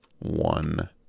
one